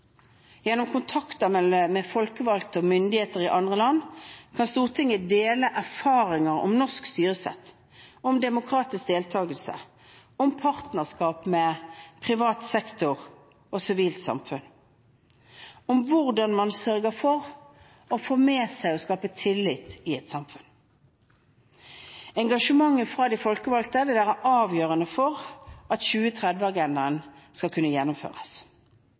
Gjennom kontakter med folkevalgte og myndigheter i andre land kan Stortinget dele erfaringer om norsk styresett, om demokratisk deltagelse, om partnerskap med privat sektor og sivilt samfunn, om hvordan man sørger for å få med seg og skape tillit i et samfunn. Engasjementet fra de folkevalgte vil være avgjørende for at 2030-agendaen skal kunne gjennomføres.